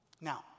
Now